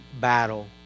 battle